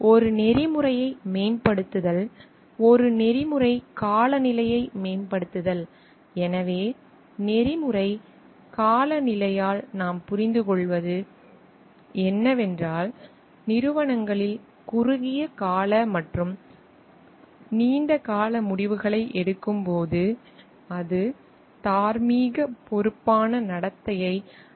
ஒரு நெறிமுறையை மேம்படுத்துதல் ஒரு நெறிமுறை காலநிலையை மேம்படுத்துதல் எனவே நெறிமுறை காலநிலையால் நாம் புரிந்துகொள்வது என்னவென்றால் நிறுவனங்களில் குறுகிய கால மற்றும் நீண்ட கால முடிவுகளை எடுக்கும்போது அது தார்மீக பொறுப்பான நடத்தையை நிறைவு செய்யும் பணிச்சூழலாகும்